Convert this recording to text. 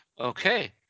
Okay